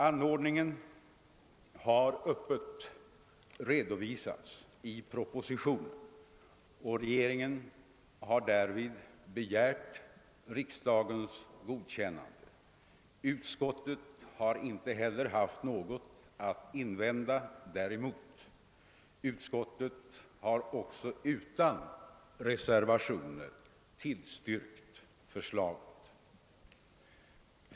Anordningen har öppet redovisats i propositionen, och regeringen har därvid begärt riksdagens godkännande. Utskottet har inte heller haft något att invända; utan reservationer har utskottet också tillstyrkt förslaget.